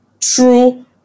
true